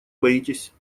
боитесь